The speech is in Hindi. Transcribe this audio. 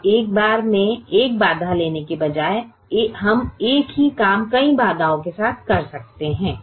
अब एक बार में एक बाधा लेने के बजाय हम एक ही काम कई बाधाओं के साथ कर सकते हैं